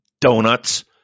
donuts